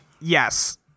Yes